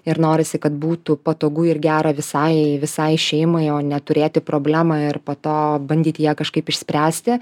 ir norisi kad būtų patogu ir gera visai visai šeimai o ne turėti problemą ir po to bandyti ją kažkaip išspręsti